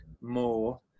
more